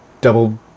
double